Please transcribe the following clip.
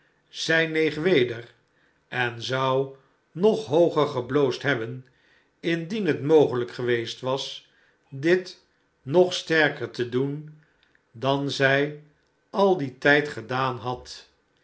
zij neeg weder en zou nog hooger gebloosd hebben indien het mogelijk geweest was dit nog sterker te doen dan zij al dien tijd gedaan had